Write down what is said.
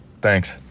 Thanks